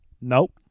Nope